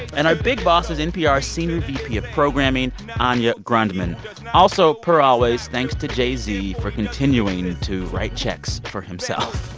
and our big boss is npr senior vp of programming anya grundmann also, per always, thanks to jay-z yeah um for continuing and to write checks for himself